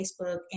Facebook